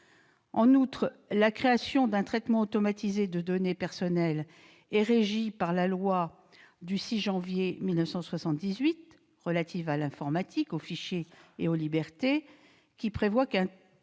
En outre, la création d'un traitement automatisé de données personnelles est régie par la loi du 6 janvier 1978 relative à l'informatique, aux fichiers et aux libertés, qui prévoit qu'un tel traitement est créé par la